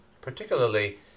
particularly